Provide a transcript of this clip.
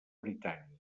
britànic